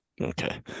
Okay